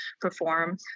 perform